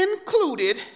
included